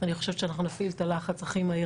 אני חושבת שאנחנו נפעיל את הלחץ הכי מהיר